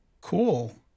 Cool